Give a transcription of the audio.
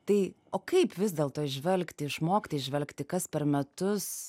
tai o kaip vis dėlto įžvelgti išmokti įžvelgti kas per metus